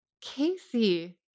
Casey